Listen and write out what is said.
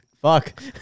fuck